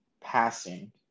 passing